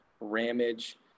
Ramage